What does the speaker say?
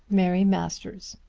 mary masters.